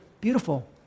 beautiful